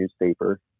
newspaper